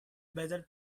better